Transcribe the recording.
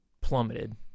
plummeted